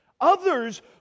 others